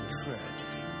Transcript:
tragedy